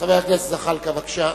חבר הכנסת ג'מאל זחאלקה, בבקשה.